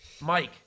Mike